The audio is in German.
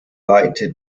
weite